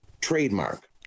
trademark